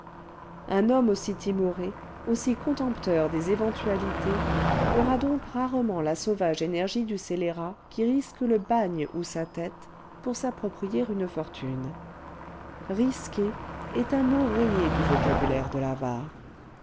un homme aussi timoré aussi contempteur des éventualités aura donc rarement la sauvage énergie du scélérat qui risque le bagne ou sa tête pour s'approprier une fortune risquer est un mot rayé du vocabulaire de